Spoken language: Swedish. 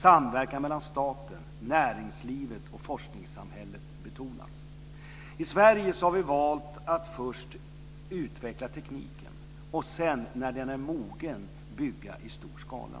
Samverkan mellan staten, näringslivet och forskningssamhället betonas. I Sverige har vi valt att först utveckla tekniken och sedan när den är mogen bygga i stor skala.